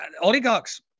oligarchs